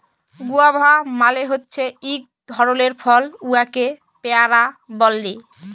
guava মালে হছে ইক ধরলের ফল উয়াকে পেয়ারা ব্যলে